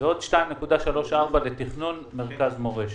ועוד 2.34 לתכנון מרכז מורשת.